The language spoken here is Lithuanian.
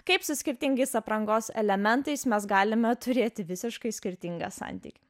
kaip su skirtingais aprangos elementais mes galime turėti visiškai skirtingą santykį